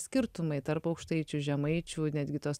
skirtumai tarp aukštaičių žemaičių netgi tos